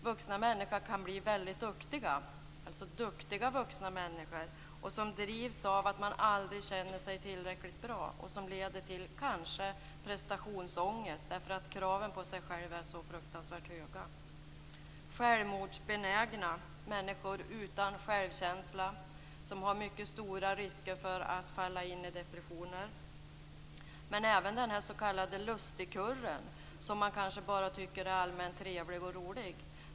Vissa kan bli väldigt duktiga vuxna människor som drivs av att de aldrig känner sig tillräckligt bra. Det leder kanske till prestationsångest därför att deras krav på sig själva är så fruktansvärt höga. Det leder kanske till självmordsbenägna människor utan självkänsla som löper mycket stor risk att falla in i depressioner. Det gäller även den s.k. lustigkurren, som man kanske bara tycker är allmänt trevlig och rolig.